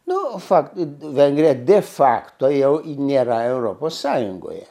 nu fakt vengrė de fakto jau į nėra europos sąjungoje